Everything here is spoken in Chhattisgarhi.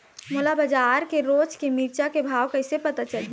मोला बजार के रोज के मिरचा के भाव कइसे पता चलही?